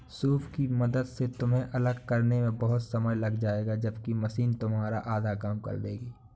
soup की मदद से तुम्हें अलग करने में बहुत समय लग जाएगा जबकि मशीन तुम्हारा काम आधा कर देगी